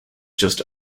just